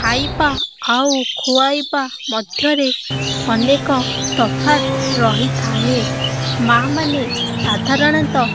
ଖାଇବା ଆଉ ଖୁଆଇବା ମଧ୍ୟରେ ଅନେକ ତଫାତ୍ ରହିଥାଏ ମାଆମାନେ ସାଧାରଣତଃ